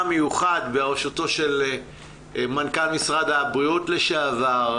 מיוחד בראשות מנכ"ל משרד הבריאות לשעבר,